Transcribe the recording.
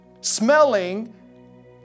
Smelling